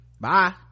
bye